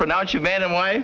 pronounce you man and wife